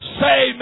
say